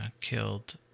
killed